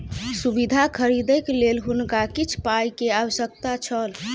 सुविधा खरीदैक लेल हुनका किछ पाई के आवश्यकता छल